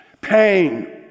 pain